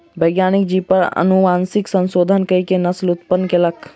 वैज्ञानिक जीव पर अनुवांशिक संशोधन कअ के नस्ल उत्पन्न कयलक